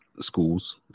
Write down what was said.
schools